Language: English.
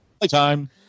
Playtime